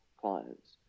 clients